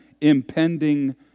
impending